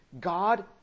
God